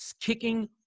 kicking